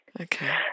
Okay